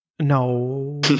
No